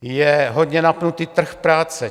Je hodně napnutý trh práce.